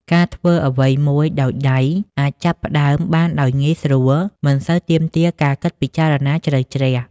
ការធ្វើអ្វីមួយដោយដៃ អាចចាប់ផ្ដើមបានដោយងាយស្រួល មិនសូវទាមទារការគិតពិចារណាជ្រៅជ្រះ។